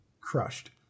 crushed